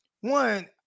one